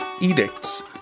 edicts